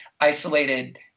isolated